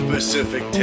Pacific